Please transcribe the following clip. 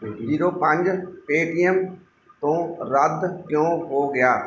zero ਪੰਜ Paytm ਤੋਂ ਰੱਦ ਕਿਉਂ ਹੋ ਗਿਆ